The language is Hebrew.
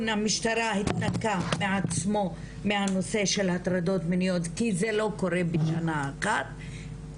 המשטרה התנקה בעצמו מהנושא של הטרדות מיניות כי זה לא קורה בשנה אחת,